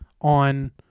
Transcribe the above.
on